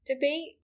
debate